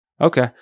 okay